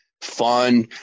fun